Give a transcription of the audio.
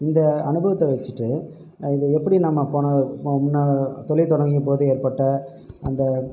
இந்த அனுபவத்தை வைச்சிட்டு இது எப்படி நம்ம போன முன்னே தொழில் தொடங்கும் போது ஏற்பட்ட அந்த